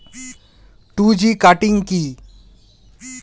Two G cutting কি?